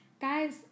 guys